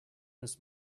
this